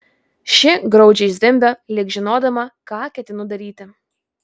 ši graudžiai zvimbė lyg žinodama ką ketinu daryti